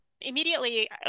immediately